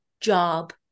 job